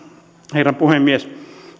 herra puhemies